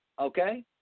Okay